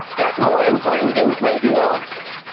that more important things might be lost.